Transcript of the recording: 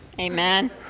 Amen